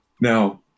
Now